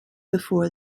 before